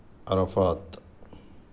Arafat